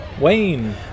Wayne